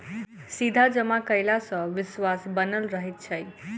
सीधा जमा कयला सॅ विश्वास बनल रहैत छै